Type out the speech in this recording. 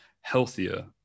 healthier